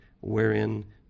wherein